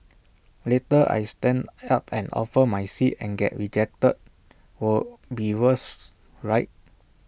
later I stand up and offer my seat and get rejected will be worse right